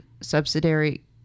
subsidiary